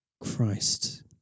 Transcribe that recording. Christ